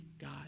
God